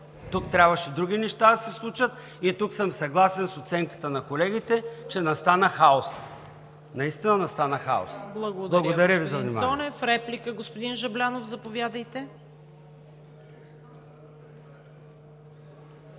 Тук трябваше други неща да се случат и съм съгласен с оценката на колегите, че настана хаос. Наистина настана хаос! Благодаря Ви за вниманието.